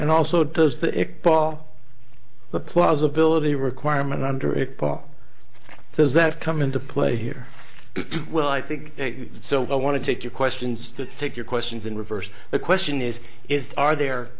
and also does that it ball the plausibility requirement under it paul those that come into play here well i think so i want to take your questions to take your questions in reverse the question is is are there